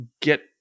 get